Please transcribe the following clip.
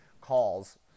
calls